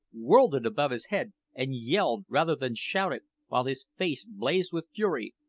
whirled it above his head, and yelled, rather than shouted, while his face blazed with fury,